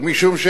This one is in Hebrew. כי אני הייתי,